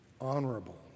honorable